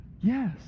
Yes